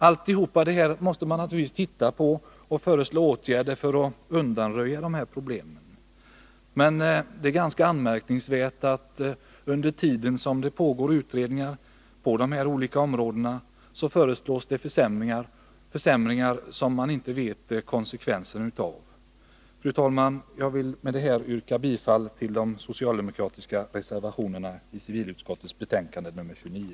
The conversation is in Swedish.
Allt detta måste man naturligtvis se på, och man måste föreslå åtgärder för att undanröja problemen. Men det är ganska anmärkningsvärt att medan det pågår utredningar på dessa områden föreslås försämringar, vilkas konsekvenser man inte vet något om. Fru talman! Jag vill med detta yrka bifall till de socialdemokratiska reservationerna vid civilutskottets betänkande nr 29.